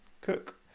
Cook